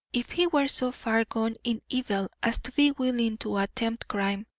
if he were so far gone in evil as to be willing to attempt crime,